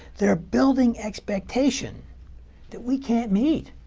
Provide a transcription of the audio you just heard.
they're building expectations that we can't meet.